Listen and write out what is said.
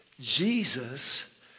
Jesus